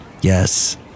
Yes